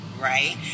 right